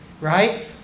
right